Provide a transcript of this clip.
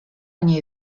nie